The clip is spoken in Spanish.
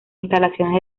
instalaciones